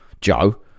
Joe